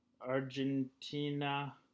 Argentina